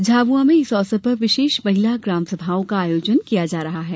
झाबुआ में इस अवसर पर विशेष महिला ग्रामसभाओं का आयोजन किया जा रहा है